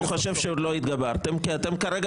הוא חושב שעוד לא התגברתם כי אתם כרגע